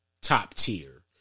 top-tier